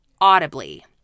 audibly